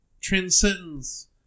transcends